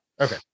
Okay